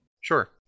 Sure